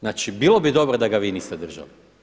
Znači, bilo bi dobro da ga vi niste držali.